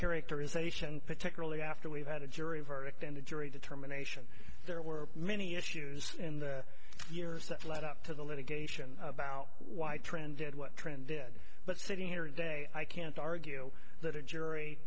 characterization particularly after we've had a jury verdict and a jury determination there were many issues in the years that led up to the litigation about why trend did what trend did but sitting here today i can't argue that a